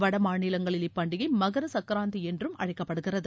வடமாநிலங்களில் இப்பண்டிகை மகர சக்கராந்தி என்றும் அழைக்கப்படுகிறது